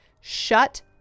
Shut